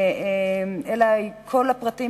אלא כל הפרטים,